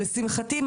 לשמחתי,